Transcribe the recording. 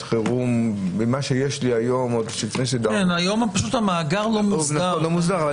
חירום במה שיש לי היום- -- היום המאגר לא מוסדר.